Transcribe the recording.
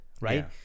right